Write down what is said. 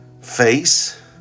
face